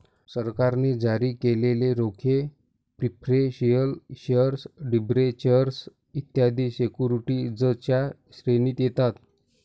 सरकारने जारी केलेले रोखे प्रिफरेंशियल शेअर डिबेंचर्स इत्यादी सिक्युरिटीजच्या श्रेणीत येतात